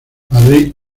madrid